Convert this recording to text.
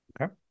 Okay